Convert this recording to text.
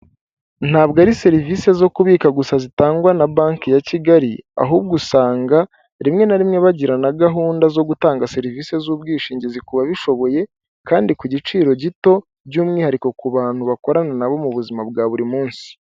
Ntabwo ari serivisi zo kubika gusa zitangwa na banki ya Kigali ahubwo usanga rimwe na rimwe bagira na gahunda zo gutanga serivisi z'ubwishingizi ku babishoboye kandi ku giciro gito by'umwihariko ku bantu bakorana na bo mu buzima bwa buri munsi.